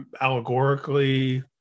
allegorically